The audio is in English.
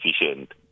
efficient